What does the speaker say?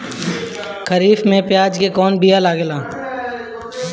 खरीफ में प्याज के कौन बीया लागेला?